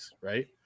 right